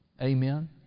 Amen